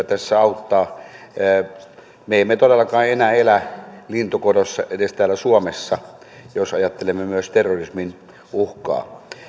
tässä auttaa me emme todellakaan enää elä lintukodossa edes täällä suomessa jos ajattelemme myös terrorismin uhkaa